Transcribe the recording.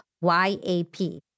Y-A-P